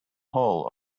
hall